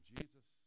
Jesus